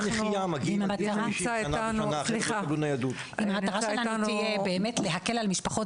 המטרה שלנו היא להקל על המשפחות